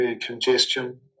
congestion